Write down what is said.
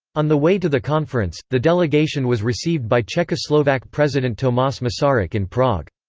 on the way to the conference, the delegation was received by czechoslovak president tomas masaryk in prague.